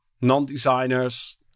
non-designers